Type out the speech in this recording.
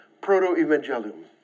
Proto-evangelium